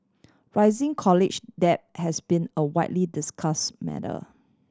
rising college debt has been a widely discuss matter